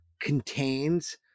contains